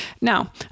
Now